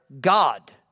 God